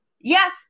yes